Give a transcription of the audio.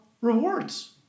rewards